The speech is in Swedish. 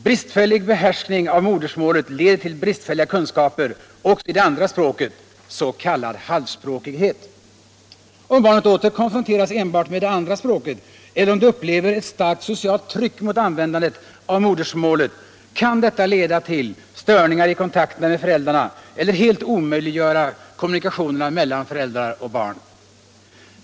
Bristfällig behärskning av modersmålet leder till bristfälliga kunskaper också i det andra språket, s.k. halvspråkighet. Om barnet åter konfronteras enbart med det andra språket, eller om det upplever ett starkt socialt tryck mot användandet av modersmålet, kan detta leda till störningar i kontakterna med föräldrarna eller helt omöjliggöra kommunikationerna mellan föräldrar och barn.